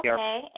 Okay